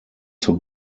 zur